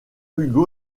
hugo